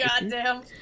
goddamn